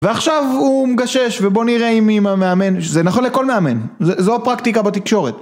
ועכשיו הוא מגשש, ובוא נראה אם המאמן... זה נכון לכל מאמן, זו הפרקטיקה בתקשורת.